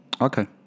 Okay